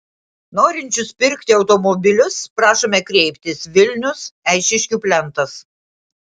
norinčius pirkti automobilius prašome kreiptis vilnius eišiškių plentas